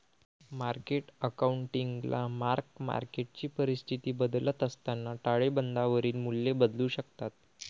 market अकाउंटिंगला mark मार्केटची परिस्थिती बदलत असताना ताळेबंदावरील मूल्ये बदलू शकतात